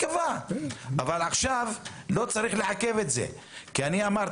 ייקבעו בהמשך, לא צריך לעכב את זה עכשיו.